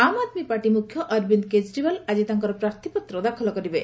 ଆମ ଆଦମୀ ପାର୍ଟି ମୁଖ୍ୟ ଅରବିନ୍ଦ କେଜରିଓ୍ବାଲ ଆଜି ତାଙ୍କର ପ୍ରାର୍ଥୀପତ୍ର ଦାଖଲ କରିବେ